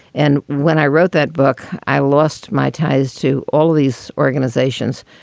and when i wrote that book, i lost my ties to all these organizations.